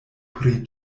pri